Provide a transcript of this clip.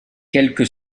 quelque